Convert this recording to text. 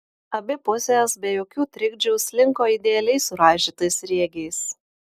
abi pusės be jokių trikdžių slinko idealiai suraižytais sriegiais